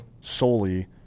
solely